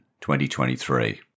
2023